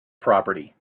property